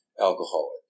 alcoholic